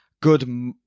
good